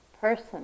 person